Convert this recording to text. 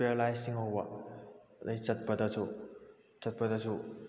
paralyse ꯆꯤꯡꯍꯧꯕ ꯑꯗꯒꯤ ꯆꯠꯄꯗꯁꯨ ꯆꯠꯄꯗꯁꯨ